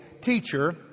teacher